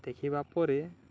ଦେଖିବା ପରେ